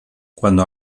cuando